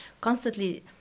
constantly